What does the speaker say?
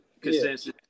consensus